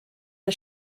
der